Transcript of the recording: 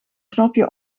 knopje